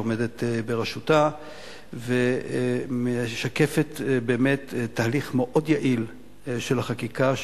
עומדת בראשותה ומשקפת באמת תהליך מאוד יעיל של החקיקה,